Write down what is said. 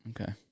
Okay